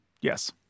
Yes